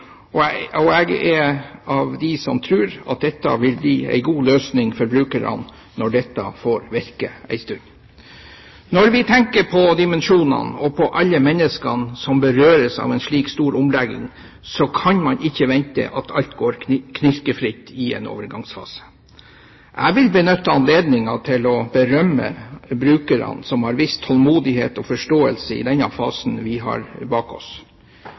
og jeg er av dem som tror at dette vil bli en god løsning for brukerne når det får virke en stund. Når vi tenker på dimensjonene og på alle menneskene som berøres av en slik stor omlegging, kan man ikke vente at alt går knirkefritt i en overgangsfase. Jeg vil benytte anledningen til å berømme brukerne, som har vist tålmodighet og forståelse i den fasen vi har bak oss.